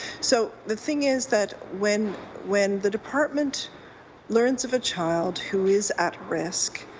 so the thing is that when when the department learns of a child who is at risk,